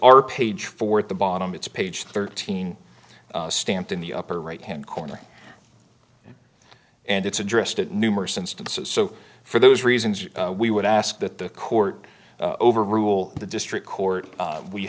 our page four at the bottom it's page thirteen stamped in the upper right hand corner and it's addressed it numerous instances so for those reasons we would ask that the court overrule the district court